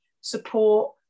support